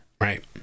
Right